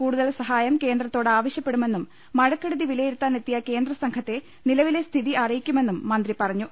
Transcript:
കൂടുതൽ സഹായം കേന്ദ്രത്തോട് ആവശ്യപ്പെടുമെന്നും മഴക്കെടുതി വിലയിരുത്താൻ എത്തിയ കേന്ദ്രസംഘത്തെ നില വിലെ സ്ഥിതി അറിയിക്കുമെന്നും മന്ത്രി പറഞ്ഞു